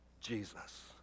Jesus